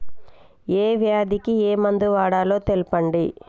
ఏ వ్యాధి కి ఏ మందు వాడాలో తెల్పండి?